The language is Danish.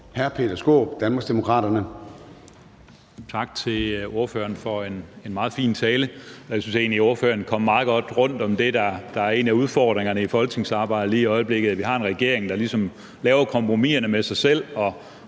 10:49 Peter Skaarup (DD): Tak til ordføreren for en meget fin tale. Jeg synes egentlig, ordføreren kom meget godt rundt om det, der er en af udfordringerne i folketingsarbejdet lige i øjeblikket: at vi har en regering, der ligesom laver kompromiserne med sig selv, og